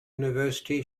university